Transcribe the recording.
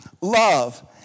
love